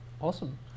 awesome